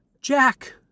jack